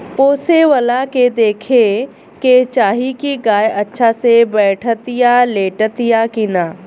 पोसेवला के देखे के चाही की गाय अच्छा से बैठतिया, लेटतिया कि ना